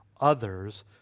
others